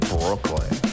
Brooklyn